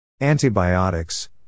Antibiotics